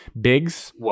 Biggs